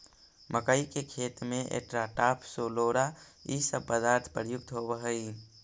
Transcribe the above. मक्कइ के खेत में एट्राटाफ, सोलोरा इ सब पदार्थ प्रयुक्त होवऽ हई